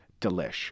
delish